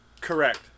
Correct